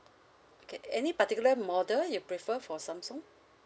okay any particular model you prefer for samsung